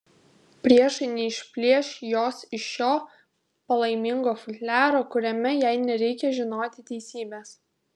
priešai neišplėš jos iš šio palaimingo futliaro kuriame jai nereikia žinoti teisybės